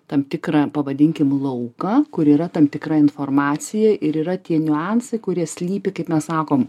tam tikrą pavadinkim lauką kur yra tam tikra informacija ir yra tie niuansai kurie slypi kaip mes sakom